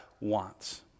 wants